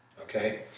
Okay